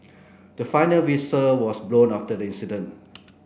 the final whistle was blown after the incident